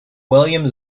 william